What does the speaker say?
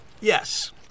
Yes